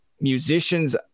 musicians